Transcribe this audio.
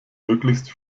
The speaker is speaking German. möglichst